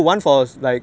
ah